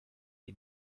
est